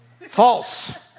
False